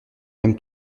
même